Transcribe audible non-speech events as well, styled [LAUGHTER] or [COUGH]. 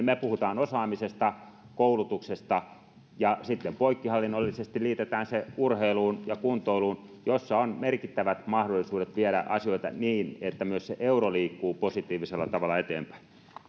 [UNINTELLIGIBLE] me puhumme osaamisesta koulutuksesta ja sitten poikkihallinnollisesti liitetään se urheiluun ja kuntoiluun jossa on merkittävät mahdollisuudet viedä asioita niin että myös se euro liikkuu positiivisella tavalla eteenpäin